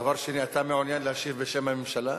דבר שני, אתה מעוניין להשיב בשם הממשלה?